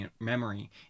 memory